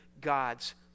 God's